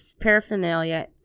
paraphernalia